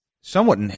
somewhat